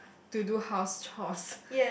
to do house chores